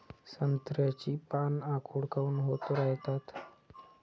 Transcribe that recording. संत्र्याची पान आखूड काऊन होत रायतात?